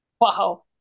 Wow